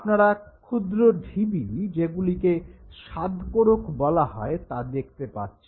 আপনারা ক্ষুদ্র ঢিবি যেগুলিকে স্বাদকোরক বলা হয় তা দেখতে পাচ্ছেন